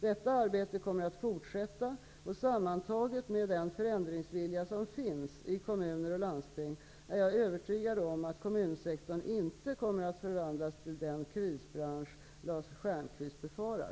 Detta arbete kommer att fortsätta, och jag är övertygad om att detta sammantaget med den förändringsvilja som finns i kommuner och landsting gör att kommunsektorn inte kommer att förvandlas till den krisbransch Lars Stjernkvist befarar.